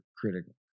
critical